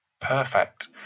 Perfect